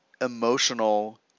emotional